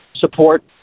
support